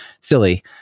silly